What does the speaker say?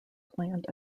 planned